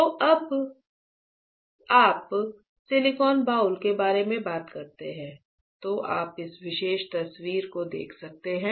तो जब आप सिलिकॉन बाउल के बारे में बात करते हैं तो आप इस विशेष तस्वीर को देख सकते हैं